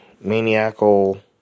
maniacal